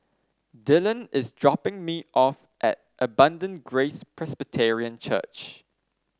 Dillan is dropping me off at Abundant Grace Presbyterian Church